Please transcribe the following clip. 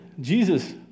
Jesus